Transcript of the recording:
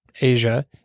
Asia